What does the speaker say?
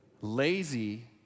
lazy